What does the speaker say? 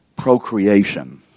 procreation